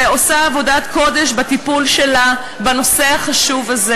ועושה עבודת קודש בטיפול שלה בנושא החשוב הזה.